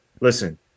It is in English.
listen